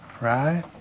Right